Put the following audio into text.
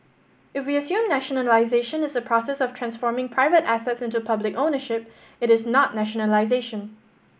if we assume nationalisation as the process of transforming private assets into public ownership it is not nationalisation